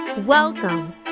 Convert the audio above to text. Welcome